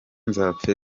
nzapfa